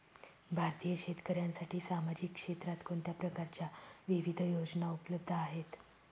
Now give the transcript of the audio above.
भारतीय शेतकऱ्यांसाठी सामाजिक क्षेत्रात कोणत्या प्रकारच्या विविध योजना उपलब्ध आहेत?